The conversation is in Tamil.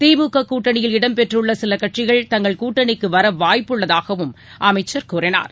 திமுக கூட்டணியில் இடம்பெற்றுள்ள சில கட்சிகள் தங்கள் கூட்டணிக்கு வர வாய்ப்புள்ளதாகவும் அமைச்சர் கூறினார்